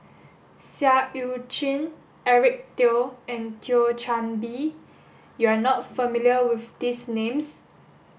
Seah Eu Chin Eric Teo and Thio Chan Bee you are not familiar with these names